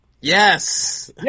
Yes